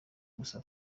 gusa